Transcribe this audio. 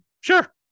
Sure